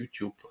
youtube